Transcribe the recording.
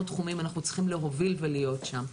תחומים אנחנו צריכים להוביל ולהיות שם.